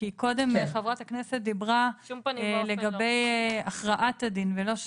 כי קודם חברת הכנסת דיברה לגבי הכרעת הדין ולא גזר הדין.